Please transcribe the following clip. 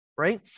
right